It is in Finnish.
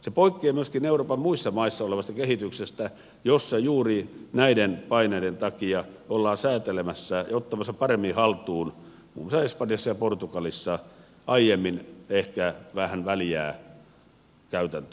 se poikkeaa myöskin euroopan muissa maissa olevasta kehityksestä jossa juuri näiden paineiden takia ollaan säätelemässä ja ottamassa paremmin haltuun muun muassa espanjassa ja portugalissa aiemmin ehkä vähän väljää käytäntöä